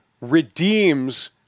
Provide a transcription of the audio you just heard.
redeems—